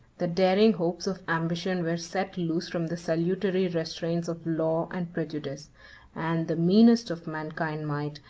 the daring hopes of ambition were set loose from the salutary restraints of law and prejudice and the meanest of mankind might,